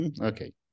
Okay